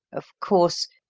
of course,